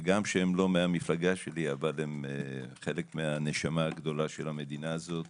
וגם שהם לא מהמפלגה שלי אבל הם חלק מהנשמה הגדולה של המדינה הזאת